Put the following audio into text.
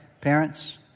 Parents